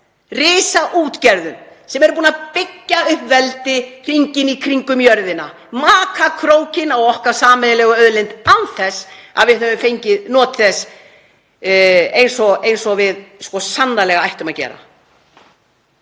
risaútgerðum sem eru búnar að byggja upp veldi hringinn í kringum jörðina, maka krókinn á okkar sameiginlegu auðlind án þess að við höfum fengið notið þess eins og við sannarlega ættum að gera.